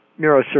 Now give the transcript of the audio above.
neurosurgery